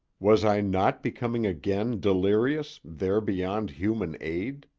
was i not becoming again delirious, there beyond human aid?